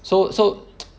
so so